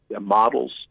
models